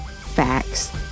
facts